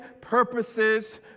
purposes